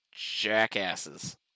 jackasses